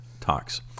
Talks